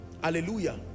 Hallelujah